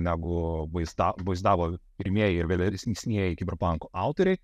negu vaizdavaizdavo pirmieji ir velesnieji kiberpanko autoriai